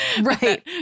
Right